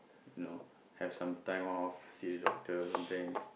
you know have some time off see the doctor or something